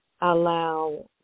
allow